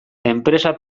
enpresa